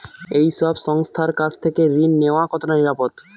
এই সব সংস্থার কাছ থেকে ঋণ নেওয়া কতটা নিরাপদ?